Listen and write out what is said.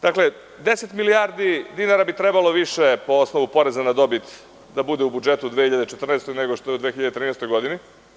Dakle, 10 milijardi dinara bi trebalo više po osnovu poreza na dobit da bude u budžetu 2014. godine nego što je u 2013. godini.